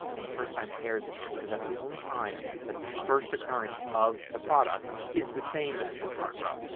and the first time pears appears because that's the only time that the first occurrence of the product is the same as the current row.